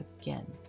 again